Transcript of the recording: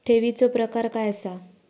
ठेवीचो प्रकार काय असा?